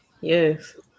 Yes